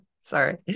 Sorry